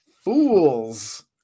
fools